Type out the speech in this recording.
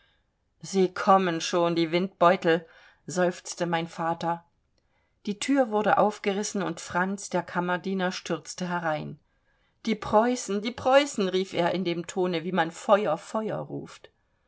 sie kommen schon die windbeutel seufzte mein vater die thür wurde aufgerissen und franz der kammerdiener stürzte herein die preußen die preußen rief er in dem tone wie man feuer feuer ruft